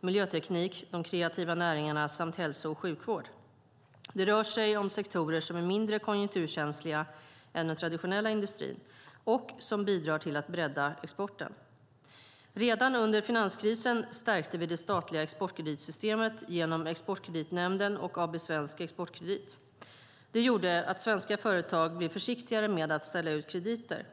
miljöteknik, de kreativa näringarna samt hälso och sjukvård. Det rör sig om sektorer som är mindre konjunkturkänsliga än den traditionella industrin och som bidrar till att bredda exporten. Redan under finanskrisen stärkte vi det statliga exportkreditsystemet genom Exportkreditnämnden och AB Svensk Exportkredit. Det gjorde att svenska företag kunde hitta finansiering av sin export trots att bankerna blev försiktigare med att ställa ut krediter.